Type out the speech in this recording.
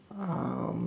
um